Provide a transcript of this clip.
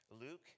Luke